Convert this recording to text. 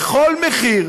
בכל מחיר